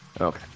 okay